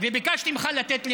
וביקשתי ממך לתת למיכל,